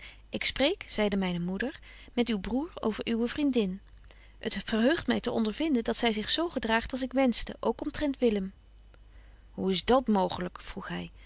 ik spreek zeide myne moeder met uw broêr over uwe vriendin het verheugt my te ondervinden dat zy zich zo gedraagt als ik wenschte ook omtrent willem hoe is dat mooglyk vroeg hy